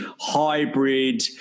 hybrid